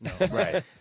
Right